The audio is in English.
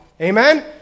Amen